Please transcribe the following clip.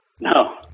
No